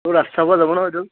অঁ ৰাস চাব যাব না বাইদেউ